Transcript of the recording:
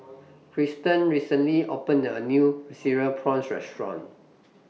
Triston recently opened A New Cereal Prawns Restaurant